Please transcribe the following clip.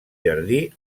jardí